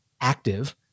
active